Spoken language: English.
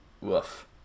woof